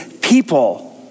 people